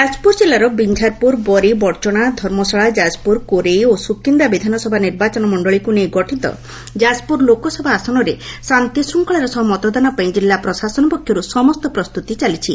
ଯାଜପୁର ଜିଲ୍ଲାର ବିଞ୍ଚାରପୁର ବରୀ ବଡଚଣା ଧର୍ମଶାଳା ଯାଜପୁର କୋରେଇ ଓ ସୁକିନ୍ଦା ବିଧାନସଭା ନିର୍ବାଚନ ମଣ୍ଡଳୀକୁ ନେଇ ଗଠିତ ଯାକପୁର ଲୋକସଭା ଆସନରେ ଶାନ୍ତିଶ୍ୱଶ୍ୱଳାର ସହ ମତଦାନ ପାଇଁ ଜିଲ୍ଲା ପ୍ରଶାସନ ପକ୍ଷରୁ ସମସ୍ତ ପ୍ରସ୍ତୁତି ଚାଲିଛି